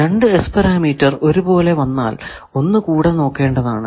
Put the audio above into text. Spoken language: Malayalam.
രണ്ടു S പാരാമീറ്റർ ഒരുപോലെ വന്നാൽ ഒന്ന് കൂടെ നോക്കേണ്ടതാണ്